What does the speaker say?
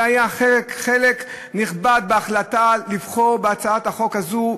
זה היה חלק נכבד בהחלטה לבחור בהצעת החוק הזאת,